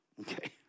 okay